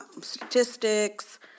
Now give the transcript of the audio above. statistics